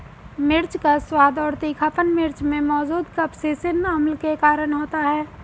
मिर्च का स्वाद और तीखापन मिर्च में मौजूद कप्सिसिन अम्ल के कारण होता है